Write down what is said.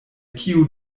kiu